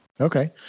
Okay